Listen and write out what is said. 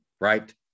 right